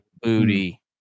Booty